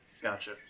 gotcha